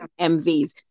MVs